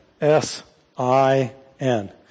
S-I-N